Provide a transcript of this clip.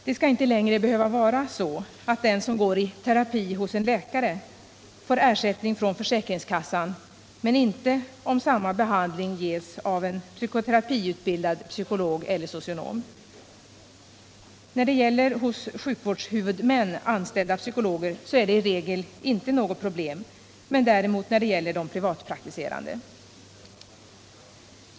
Det skall inte längre behöva vara så att den som går i terapi hos en läkare får ersättning från försäkringskassan — men inte den som får samma behandling av en psykoterapiutbildad psykolog eller socionom! När det gäller hos sjukvårdshuvudmän anställda psykologer är det i regel inte något problem — däremot när det gäller de privatpraktiserande.